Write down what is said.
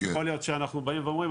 יכול להיות שאנחנו באים ואומרים,